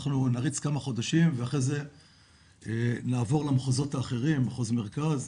אנחנו נריץ כמה חודשים ואחרי זה נעבור למחוזות האחרים - מחוז מרכז,